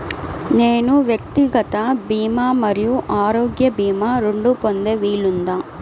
నేను వ్యక్తిగత భీమా మరియు ఆరోగ్య భీమా రెండు పొందే వీలుందా?